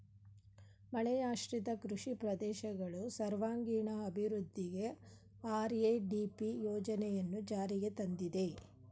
ಮಳೆಯಾಶ್ರಿತ ಕೃಷಿ ಪ್ರದೇಶಗಳು ಸರ್ವಾಂಗೀಣ ಅಭಿವೃದ್ಧಿಗೆ ಆರ್.ಎ.ಡಿ.ಪಿ ಯೋಜನೆಯನ್ನು ಜಾರಿಗೆ ತಂದಿದೆ